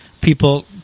people